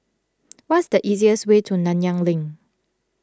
what's the easiest way to Nanyang Link